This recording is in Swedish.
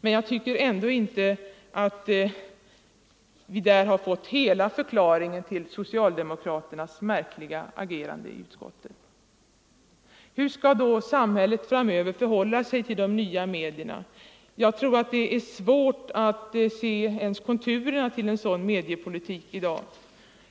Men jag tycker ändå inte att vi där har fått hela förklaringen till socialdemokraternas märkliga agerande i utskottet. Hur skall då samhället framöver förhålla sig till de nya medierna? Jag tror att det är svårt att se konturerna av en sådan mediepolitik i dag.